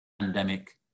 pandemic